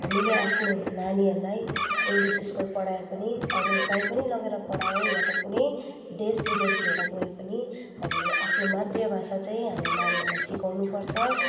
हामीले आफ्नो नानीहरूलाई इङ्ग्लिस स्कुल पढाए पनि अरू कहीँ पनि लगेर पढाए या त कुनै देश विदेश लिएर गए पनि हामीले आफ्नो मातृभाषा चाहिँ हाम्रो नानीहरूलाई सिकाउनु पर्छ